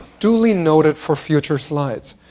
duly noted for future slides.